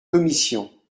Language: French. commission